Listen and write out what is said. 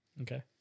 Okay